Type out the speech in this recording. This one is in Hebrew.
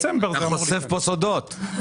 אתה חושף פה סודות.